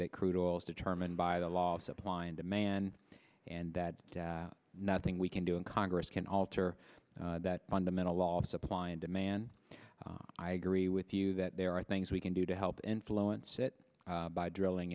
that crude oil is determined by the law of supply and demand and that nothing we can do in congress can alter that fundamental law of supply and demand i agree with you that there are things we can do to help influence it by drilling